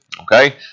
Okay